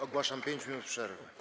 Ogłaszam 5 minut przerwy.